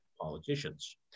politicians